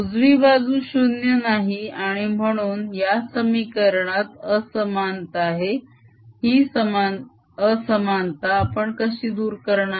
उजवी बाजू 0 नाही आणि म्हणून या समीकरणात असमानता आहे ही असमानता आपण कशी दूर करणार